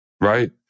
Right